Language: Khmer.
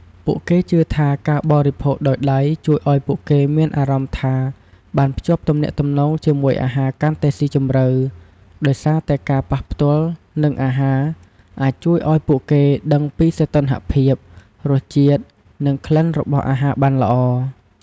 ពួកគេជឿថាការបរិភោគដោយដៃជួយឱ្យពួកគេមានអារម្មណ៍ថាបានភ្ជាប់ទំនាក់ទំនងជាមួយអាហារកាន់តែស៊ីជម្រៅ ដោយសារតែការប៉ះផ្ទាល់នឹងអាហារអាចជួយឱ្យពួកគេដឹងពីសីតុណ្ហភាព រសជាតិ និងក្លិនរបស់អាហារបានល្អ។